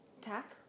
Tack